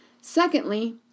Secondly